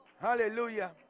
Hallelujah